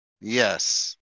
Yes